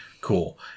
cool